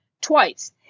twice